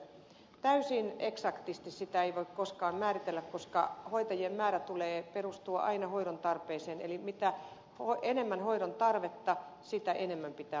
täysin eksaktisti sitä ei voi koskaan määritellä koska hoitajien määrän tulee perustua aina hoidon tarpeeseen eli mitä enemmän hoidon tarvetta sitä enemmän pitää olla hoitajia